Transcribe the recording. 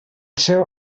seu